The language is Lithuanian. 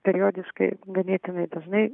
periodiškai ganėtinai dažnai